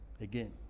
Again